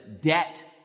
debt